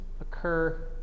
occur